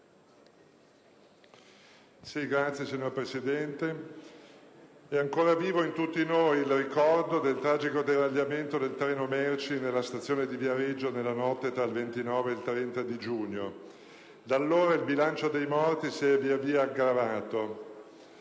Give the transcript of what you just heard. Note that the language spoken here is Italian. *(PD)*. Signora Presidente, è ancora vivo in tutti noi il ricordo del tragico deragliamento del treno merci nella stazione di Viareggio nella notte tra il 29 e il 30 giugno e da allora il bilancio dei morti si è via via aggravato: